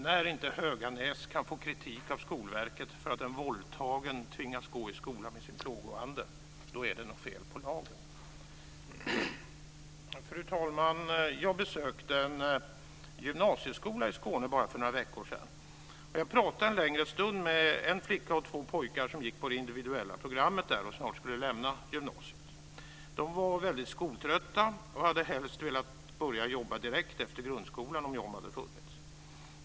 När inte Höganäs kan få kritik av Skolverket för att en våldtagen flicka tvingas gå i skolan med sin plågoande - då är det också något fel på lagen. Fru talman! Jag besökte en gymnasieskola i Skåne för bara några veckor sedan. Jag pratade en längre stund med en flicka och två pojkar som gick på det individuella programmet där och snart skulle lämna gymnasiet. De var väldigt skoltrötta och hade helst velat börja jobba direkt efter grundskolan om jobb hade funnits.